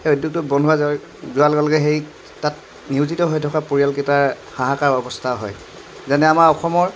সেই উদ্যোগটো বন্ধ হৈ যোৱাৰ লগে লগে সেই তাত নিয়োজিত হৈ থকা পৰিয়াল কেইটা হাহাকাৰ অৱস্থা হয় যেনে আমাৰ অসমৰ